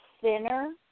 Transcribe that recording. thinner